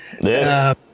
Yes